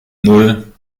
nan